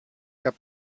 cap